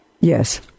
Yes